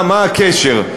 מה הקשר?